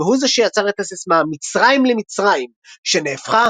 והוא זה שיצר את הסיסמה "מצרים למצרים" שנהפכה